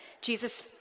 Jesus